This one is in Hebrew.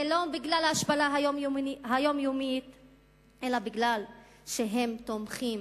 זה לא בגלל ההשפלה היומיומית, אלא מפני שהם תומכים